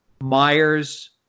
myers